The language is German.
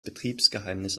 betriebsgeheimnis